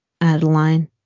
Adeline